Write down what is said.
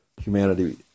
humanity